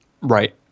Right